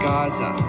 Gaza